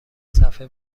صفحه